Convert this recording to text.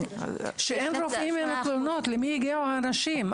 כשאין רופאים אין תלונות, למי הגיעו האנשים?